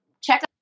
check